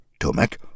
Tomek